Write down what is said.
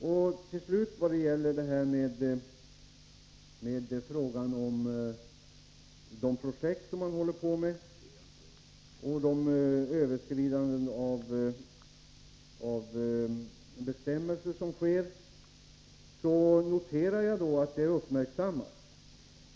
I vad slutligen gäller frågan om de projekt som man arbetar med på departementet noterar jag att man uppmärksammar de överskridanden av bestämmelser som förekommer.